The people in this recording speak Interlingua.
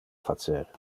facer